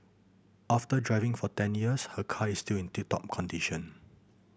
after driving for ten years her car is still in tip top condition